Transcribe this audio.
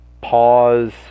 pause